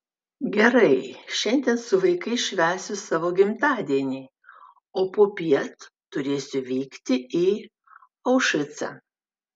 gerai šiandien su vaikais švęsiu savo gimtadienį o popiet turėsiu vykti į aušvicą